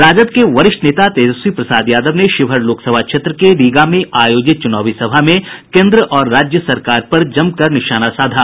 राजद के वरिष्ठ नेता तेजस्वी प्रसाद यादव ने शिवहर लोकसभा क्षेत्र के रीगा में आयोजित चुनावी सभा में केन्द्र और राज्य सरकार पर जमकर निशाना साधा